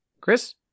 Chris